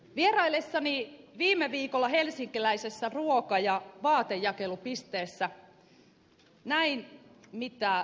vieraillessani viime viikolla helsinkiläisessä ruoka ja vaatejakelupisteessä näin mitä tosielämän hätä on